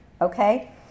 Okay